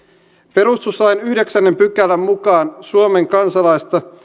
perustuslain yhdeksännen pykälän mukaan suomen kansalaista